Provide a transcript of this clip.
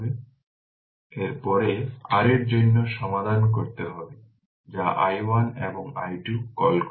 সুতরাং এর পরে r এর জন্য সমাধান করতে হবে যা i1 এবং i2 কল করে